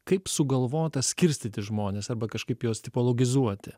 kaip sugalvota skirstyti žmones arba kažkaip jos tipologizuoti